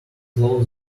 close